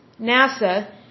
NASA